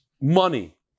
money